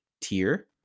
tier